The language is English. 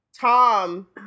Tom